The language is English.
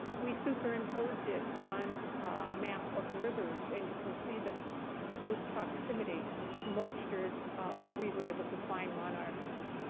we superimposed it on a map of rivers. and you can see the close proximity to moisture where we were able to find monarchs.